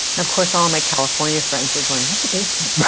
of course all my california friends are going what's a basement? right!